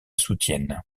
soutiennent